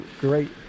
great